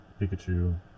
pikachu